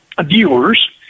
viewers